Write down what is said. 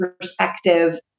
perspective